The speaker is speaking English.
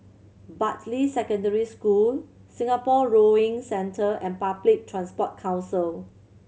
Bartley Secondary School Singapore Rowing Centre and Public Transport Council